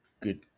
good